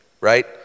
right